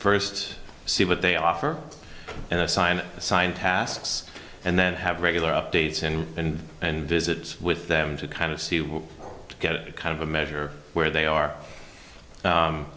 first see what they offer and assign assigned tasks and then have regular updates and and visit with them to kind of see what kind of a measure where they are